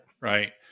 Right